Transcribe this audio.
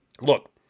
look